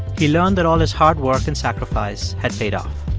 he learned that all his hard work and sacrifice had paid off.